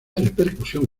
repercusión